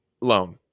loan